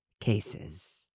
cases